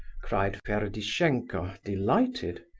cried ferdishenko, delighted.